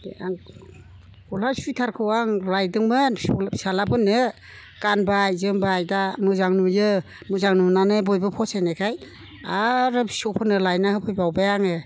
बे आं गस्ला सुइटारखौ आं लायदोंमोन फिसौ फिसालाफोरनो गानबाय जोमबाय दा मोजां नुयो मोजां नुनानै बयबो फसायनायखाय आरो फिसौफोरनो लायना होफैबावबाय आङो